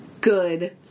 good